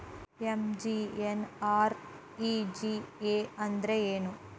MGNREGA ಅಂದ್ರೆ ಏನು?